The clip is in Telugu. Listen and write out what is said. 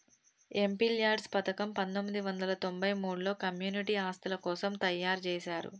ఎంపీల్యాడ్స్ పథకం పందొమ్మిది వందల తొంబై మూడులో కమ్యూనిటీ ఆస్తుల కోసం తయ్యారుజేశారు